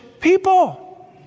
people